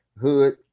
hood